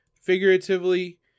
figuratively